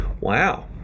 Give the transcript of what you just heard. Wow